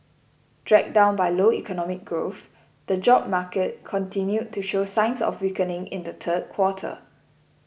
dragged down by low economic growth the job market continued to show signs of weakening in the third quarter